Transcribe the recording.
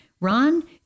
Ron